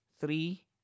three